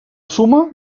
suma